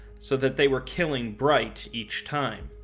so that they were killing bright each time.